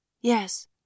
Yes